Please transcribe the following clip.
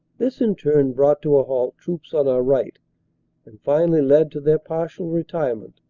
this in turn brought to a halt troops on our right and finally led to their partial retirement,